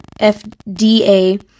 FDA